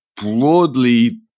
broadly